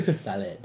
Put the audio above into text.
Salad